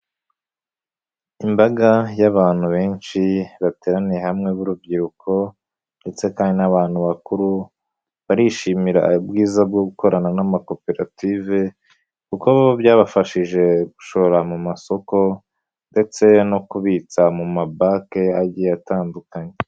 Imbaga y'abantu benshi, bateraniye hamwe b'urubyiruko ndetse kandi n'abantu bakuru, barishimira ubwiza bwo gukorana n'amakoperative kuko byabafashije gushora mu masoko ndetse no kubitsa mu mabanke, agiye atandukanye.